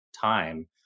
time